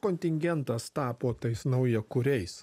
kontingentas tapo tais naujakuriais